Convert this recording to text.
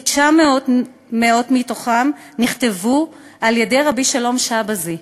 כ-900 נכתבו על-ידי רבי שלום שבזי,